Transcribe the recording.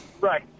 Right